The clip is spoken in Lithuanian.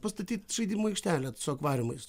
pastatyt žaidimų aikštelę su akvariumais